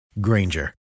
Granger